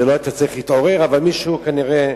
זה לא היה צריך להתעורר, אבל מישהו כנראה